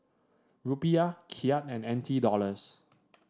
Rupiah Kyat and N T Dollars